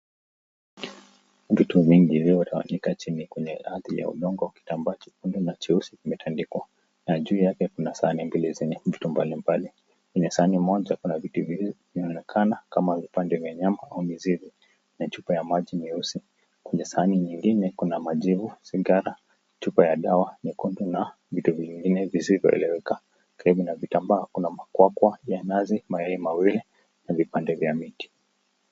Vitu vingi vimeandaliwa yatatokea chini kwenye ardhi ya udongo. Kitambaa chekundu na cheusi kimetandikwa. Na juu yake kuna sahani mbili zenye vitu mbalimbali. Kwenye sahani moja kuna vitu vionekanavyo kama vipande vya nyama au mizizi na chupa ya maji nyeusi. Kwenye sahani nyingine kuna majivu, sigara, chupa ya dawa nyekundu na vitu vingine visivyoeleweka. Karibu na vitambaa kuna makwakwa ya nazi, mayai mawili na vipande vya miti.